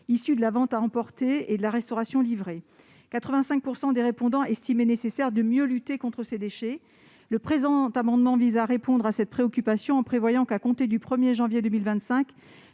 issus de la vente à emporter et de la restauration livrée ; 85 % estimaient nécessaire de mieux lutter contre ces déchets. Le présent amendement vise à répondre à cette préoccupation en prévoyant que, à compter du 1 janvier 2025,